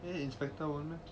then inspector [one] ah